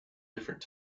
different